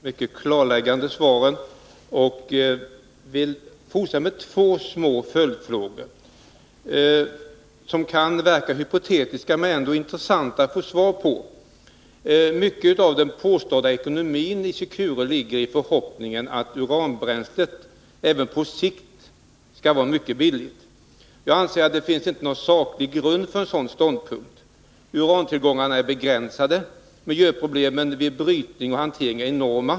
Herr talman! Jag tackar industriministern för det mycket klarläggande svaret, men vill ställa två små följdfrågor. De kan verka hypotetiska, men det är ändå intressant att få svar på dem. Mycket av vad som påstås vara ekonomiskt med Secureanläggningarna baseras på förhoppningen att uranbränslet även på sikt kommer att vara mycket billigt. Jag anser att det inte finns någon saklig grund för en sådan åsikt. Urantillgångarna är begränsade, och miljöproblemen vid brytning och hantering är enorma.